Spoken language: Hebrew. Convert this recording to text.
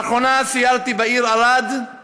לאחרונה סיירתי בעיר ערד.